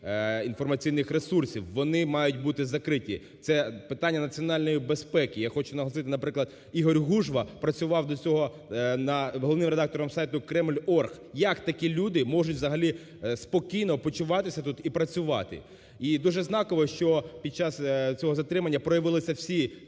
інформаційних ресурсів. Вони мають бути закриті. Це питання Національної безпеки. Я хочу наголосити, наприклад, Ігор Гужва працював до цього головним редактором сайту "kreml.org". Як такі люди можуть, взагалі, спокійно почуватися тут і працювати. І дуже знаково, що під час цього затримання проявилися всі